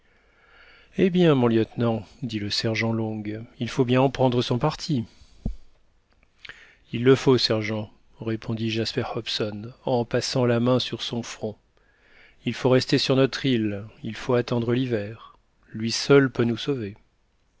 eh bien mon lieutenant dit le sergent long il faut bien en prendre son parti il le faut sergent répondit jasper hobson en passant la main sur son front il faut rester sur notre île il faut attendre l'hiver lui seul peut nous sauver